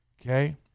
okay